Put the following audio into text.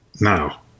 now